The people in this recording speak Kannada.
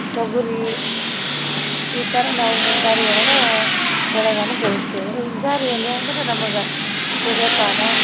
ತೊಗರಿ ಈ ಥರ ನಾವು ಮುಂಗಾರು ಒಳಗೆ ಬೆಳೆಗಳನ್ನು ಬೆಳೆಯುತ್ತೇವೆ ಹಿಂಗಾರಿಯಲ್ಲಿ ಅಂದ್ರೆ ನಮಗೆ ಸೂರ್ಯಪಾನ